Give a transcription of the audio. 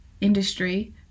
industry